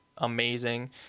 Amazing